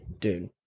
dude